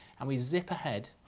and we zip ahead